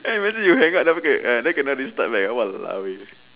can't imagine you hang up then kena err then kena restart back !walao! eh